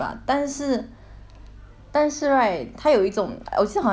但是 right 他有一种我记得好像 japan 有一个 product right 他是